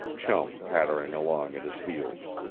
chum pattering along at his heels.